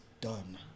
done